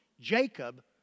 Jacob